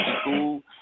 school